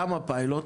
למה פיילוט?